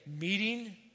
meeting